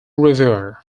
reviewer